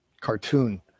cartoon